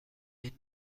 این